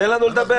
תן לנו לדבר.